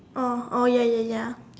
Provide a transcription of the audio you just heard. oh oh ya ya ya